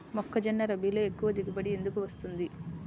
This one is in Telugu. మొక్కజొన్న రబీలో ఎక్కువ దిగుబడి ఎందుకు వస్తుంది?